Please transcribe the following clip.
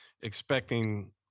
expecting